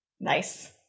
nice